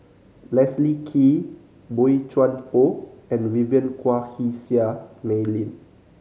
Leslie Kee Boey Chuan Poh and Vivien Quahe Seah Mei Lin